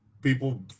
People